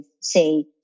say